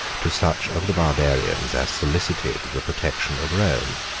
to such of the barbarians as solicited the protection of rome.